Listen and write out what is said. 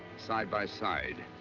side by side.